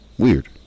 Weird